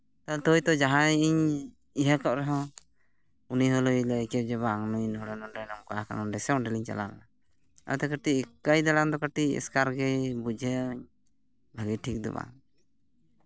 ᱛᱟᱦᱚᱞᱮ ᱛᱚ ᱦᱚᱭᱛᱳ ᱡᱟᱦᱟᱸᱭ ᱤᱧ ᱤᱭᱟᱹ ᱠᱚᱜ ᱨᱮᱦᱚᱸ ᱩᱱᱤ ᱦᱤᱞᱳᱭ ᱞᱟᱹᱭ ᱠᱮᱭᱟ ᱡᱮ ᱵᱟᱝ ᱱᱩᱭ ᱱᱚᱸᱰᱮ ᱱᱚᱝᱠᱟᱣ ᱟᱠᱟᱱᱟ ᱱᱚᱸᱰᱮ ᱥᱮ ᱚᱸᱰᱮᱞᱤᱧ ᱪᱟᱞᱟᱣ ᱠᱟᱱᱟ ᱟᱫᱚ ᱠᱟᱹᱴᱤᱡ ᱮᱠᱟᱭ ᱫᱟᱬᱟᱱ ᱫᱚ ᱠᱟᱹᱴᱤᱡ ᱮᱥᱠᱟᱨ ᱜᱤᱧ ᱵᱩᱡᱷᱟᱹᱣᱟᱹᱧ ᱵᱷᱟᱹᱜᱤ ᱴᱷᱤᱠ ᱫᱚ ᱵᱟᱝ